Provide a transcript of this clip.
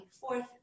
fourth